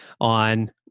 on